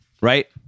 right